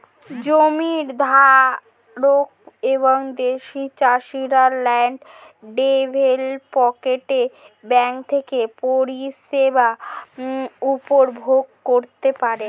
জমির ধারক এবং দেশের চাষিরা ল্যান্ড ডেভেলপমেন্ট ব্যাঙ্ক থেকে পরিষেবা উপভোগ করতে পারেন